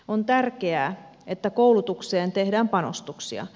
on tärkeää että koulutukseen tehdään panostuksia